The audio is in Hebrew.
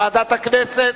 ועדת הכנסת,